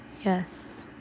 Yes